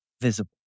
visible